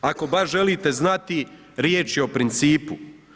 Ako baš želite znati, riječ je o principu.